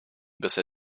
bisher